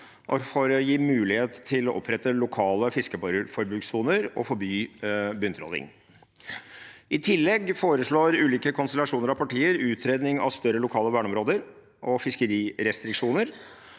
for å gi mulighet til å opprette lokale fiskeforbudssoner og forby bunntråling. I tillegg foreslår ulike konstellasjoner av partier utredning av større lokale verneområder og fiskerirestriksjoner